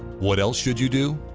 what else should you do?